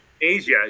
Asia